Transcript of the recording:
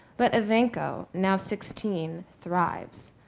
but evancho, now sixteen thrives.